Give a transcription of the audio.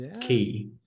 key